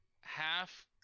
half